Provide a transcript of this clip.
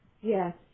Yes